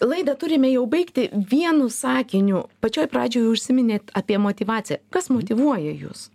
laidą turime jau baigti vienu sakiniu pačioje pradžioj užsiminėt apie motyvaciją kas motyvuoja jus